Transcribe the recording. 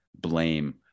blame